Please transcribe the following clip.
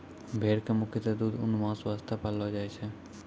भेड़ कॅ मुख्यतः दूध, ऊन, मांस वास्तॅ पाललो जाय छै